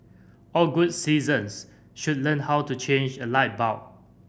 all good citizens should learn how to change a light bulb